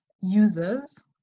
users